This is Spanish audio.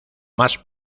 más